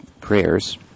prayers